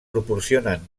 proporcionen